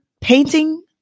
painting